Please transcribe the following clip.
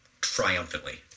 triumphantly